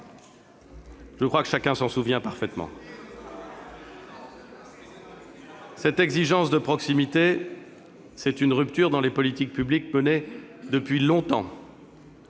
je pense que chacun s'en souvient parfaitement ! Cette exigence de proximité marque une rupture dans les politiques publiques menées depuis longtemps